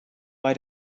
bei